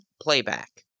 Playback